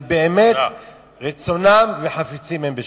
אם באמת זה רצונם וחפצים הם בשלום?